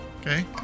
Okay